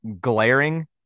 glaring